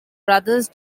brothers